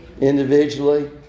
Individually